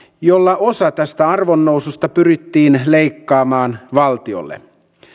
jolla osa tästä arvonnoususta pyrittiin leikkaamaan valtiolle